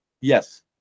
yes